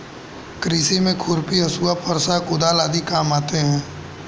कृषि में खुरपी, हँसुआ, फरसा, कुदाल आदि काम आते है